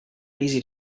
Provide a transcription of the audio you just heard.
easy